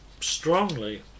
strongly